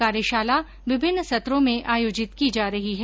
कार्यशाला विभिन्न सत्रों में आयोजित की जा रही है